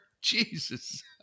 jesus